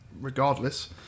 regardless